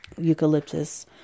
eucalyptus